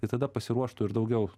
tai tada pasiruoštų ir daugiau